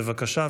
בבקשה.